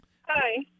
Hi